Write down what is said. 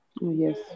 Yes